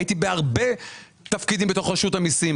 הייתי בהרבה תפקידים בתוך רשות המיסים,